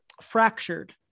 fractured